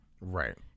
Right